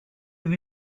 vue